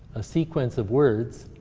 a sequence of words,